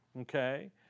Okay